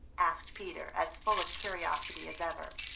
asked peter, as full of curiosity as ever.